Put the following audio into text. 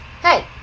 Hey